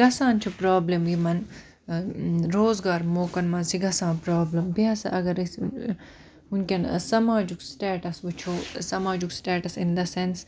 گژھان چھِ پرٛابلِم یِمَن روزگار موقَعن مَنٛز چھِ گژھان پرٛابلم بیٚیہِ ہَسا اَگَر أسۍ وُنکیٚن سَماجُک سٹیٹَس وُچھو سَماجُک سٹیٹَس اِن دَ سیٚنس